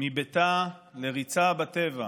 מביתה לריצה בטבע,